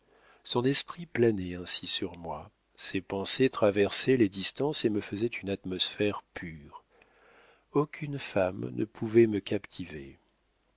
son esprit planait ainsi sur moi ses pensées traversaient les distances et me faisaient une atmosphère pure aucune femme ne pouvait me captiver